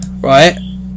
right